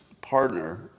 partner